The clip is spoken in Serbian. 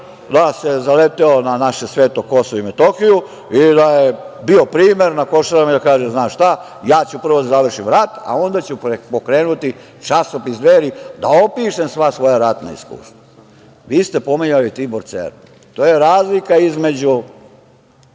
da se zaleteo na naše sveto Kosovo i Metohiju i da je bio primer na Košarama i da kaže – znaš šta, ja ću prvo da završim rat, a onda ću pokrenuti časopis „Dveri“ da opišem sva svoja ratna isustva. Vi ste pominjali Tibor Cernu, to je razlika između